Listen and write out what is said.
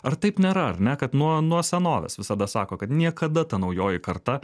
ar taip nėra ar ne kad nuo nuo senovės visada sako kad niekada ta naujoji karta